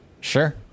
Sure